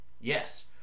Yes